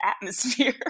atmosphere